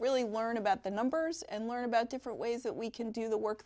really learn about the numbers and learn about different ways that we can do the work